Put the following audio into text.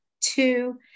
two